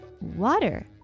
Water